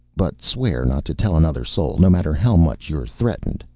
but swear not to tell another soul, no matter how much you're threatened.